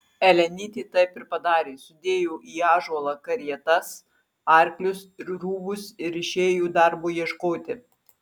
elenytė taip ir padarė sudėjo į ąžuolą karietas arklius ir rūbus ir išėjo darbo ieškoti